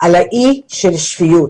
על אי השפיות